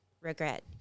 regret